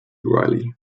riley